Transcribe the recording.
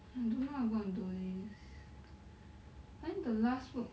ha don't know how I'm going do this then the last book